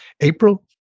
April